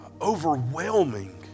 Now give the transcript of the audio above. overwhelming